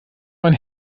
mein